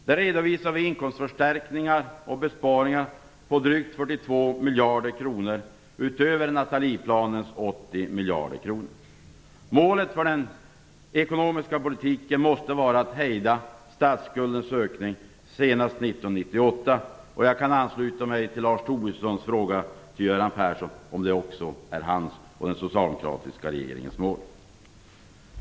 Där redovisar vi inkomstförstärkningar och besparingar på drygt 42 miljader kronor utöver Nathalieplanens 80 miljarder. Målet för den ekonomiska politiken måste vara att hejda statsskuldens ökning senast 1998. Jag kan ansluta mig till Lars Tobissons fråga till Göran Persson om det också är hans och den socialdemokratiska regeringens mål.